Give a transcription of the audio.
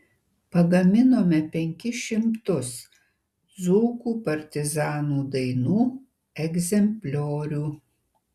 pagaminome penkis šimtus dzūkų partizanų dainų egzempliorių